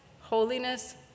holiness